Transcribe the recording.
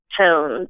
tones